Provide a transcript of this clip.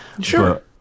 Sure